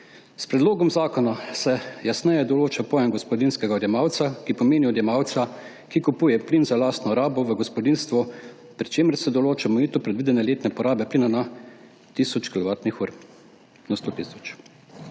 S predlogom zakona se jasneje določa pojem gospodinjskega odjemalca, ki pomeni odjemalca, ki kupuje plin za lastno rabo v gospodinjstvu, pri čemer se določa omejitev predvidene letne porabe plina na 100 tisoč kilovatnih ur.